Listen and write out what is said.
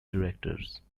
directors